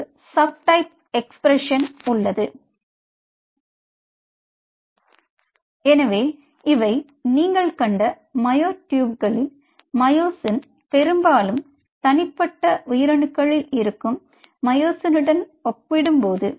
ஒரு subtype expression உள்ளது எனவே இவை நீங்கள் கண்ட மயோட்யூப்களில் மயோசின் பெரும்பாலும் தனிப்பட்ட உயிரணுக்களில் இருக்கும் மயோசினுடன் ஒப்பிடும்போது